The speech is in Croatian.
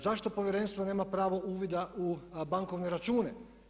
Zašto Povjerenstvo nema pravo uvida u bankovne račune?